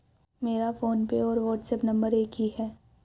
मेरा फोनपे और WhatsApp number एक ही है